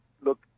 look